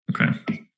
Okay